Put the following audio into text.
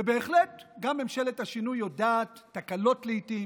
ובהחלט, גם ממשלת השינוי יודעת תקלות לעיתים,